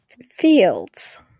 Fields